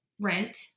rent